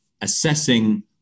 assessing